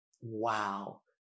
wow